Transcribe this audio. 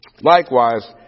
Likewise